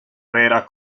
vera